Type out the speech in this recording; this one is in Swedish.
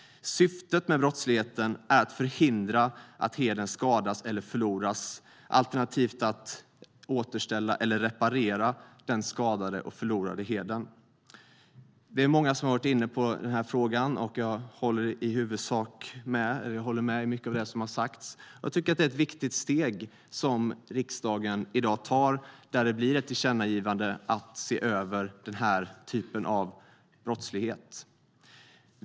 Syftet med brottsligheten är att förhindra att hedern skadas eller förloras, alternativt att återställa eller reparera den förlorade eller skadade hedern. Det är många som har varit inne på den här frågan, och jag håller med om mycket av det som har sagts. Jag tycker att det är ett viktigt steg riksdagen i dag tar, där det blir ett tillkännagivande om att se över den här typen av brottslighet.